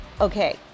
Okay